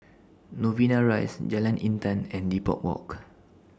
Novena Rise Jalan Intan and Depot Walk